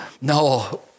No